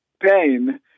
pain